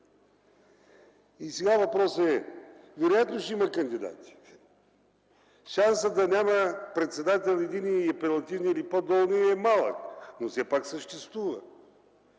И сега въпросът е: вероятно ще има кандидати!? Шансът да няма председател на апелативния или на по-долния е малък, но все пак съществува.